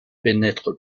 pénètre